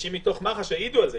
אנשים מתוך מח"ש העידו על זה.